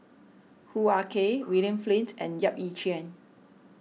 Hoo Ah Kay William Flint and Yap Ee Chian